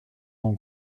mon